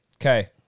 Okay